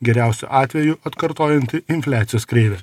geriausiu atveju atkartojanti infliacijos kreivę